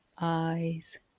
eyes